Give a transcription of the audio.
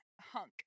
hunk